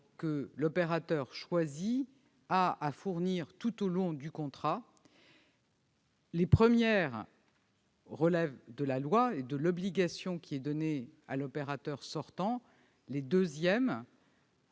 que l'opérateur choisi doit fournir tout au long de l'exécution du contrat. Les premières relèvent de la loi et de l'obligation qui est faite à l'opérateur sortant, les secondes